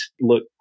look